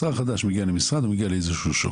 שר חדש שמגיע למשרד מגיע לאיזשהו הלם.